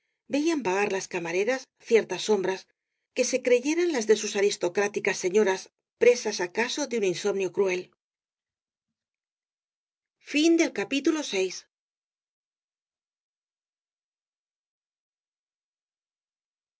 veían vagar las camareras ciertas sombras que se creyeran las de sus aristocráticas señoras presas acaso de un insomnio cruel rosalía de castro vii